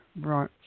right